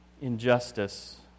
injustice